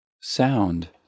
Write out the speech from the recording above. Sound